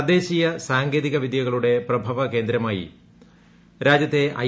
തദ്ദേശീയ സാങ്കേതിക വിദ്യകളുടെ പ്രഭ്യ്യകേന്ദ്രമായി രാജ്യത്തെ ഐ